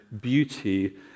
beauty